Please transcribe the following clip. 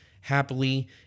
happily